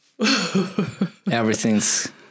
Everything's